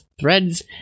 threads